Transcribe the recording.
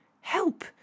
Help